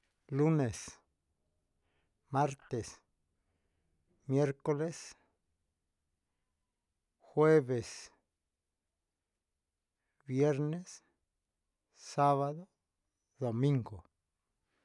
Lunes, martes, miercoles, jueves, viernes, sabado, domingo.